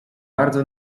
bardzo